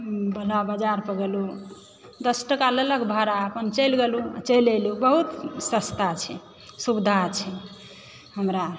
बाजार पर गेलहुँ दस टका लेलक भाड़ा अपन चलि गेलहुँ चलि एलहुँ बहुत सस्ता छै सुविधा छै हमरा